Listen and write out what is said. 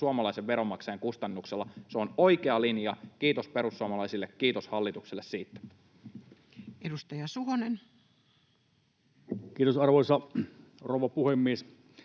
suomalaisen veronmaksajan kustannuksella. Se on oikea linja — kiitos perussuomalaisille, kiitos hallitukselle siitä. [Speech 204] Speaker: Toinen varapuhemies